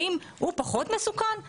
האם הוא פחות מסוכן?